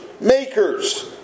makers